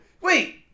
wait